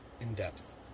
in-depth